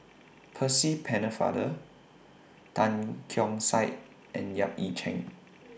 Percy Pennefather Tan Keong Saik and Yap Ee Chian